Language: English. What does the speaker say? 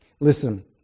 Listen